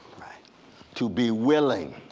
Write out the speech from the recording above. to be willing